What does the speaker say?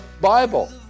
Bible